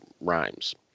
rhymes